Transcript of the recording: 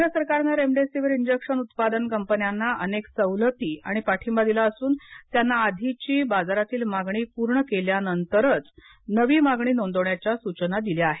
केंद्र सरकारने remdesivir injection उत्पादन कंपन्यांना अनेक प्रकारे सवलती आणि पाठींबा दिला असून त्यांना आधीची बाजारातील मागणी पूर्ण केल्यानंतरचं नवी मागणी नोंदवण्याच्या सूचना केल्या आहेत